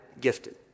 gifted